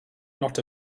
not